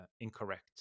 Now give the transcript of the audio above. incorrect